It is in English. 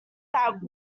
that